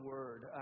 Word